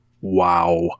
Wow